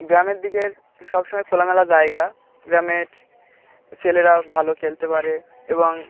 গ্রামের দিকের সব সময় খোলামেলা জায়গা গ্রামের ছেলেরা ভালো খেলতে পারে এবং